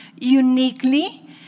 uniquely